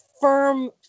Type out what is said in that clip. firm